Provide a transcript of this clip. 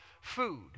food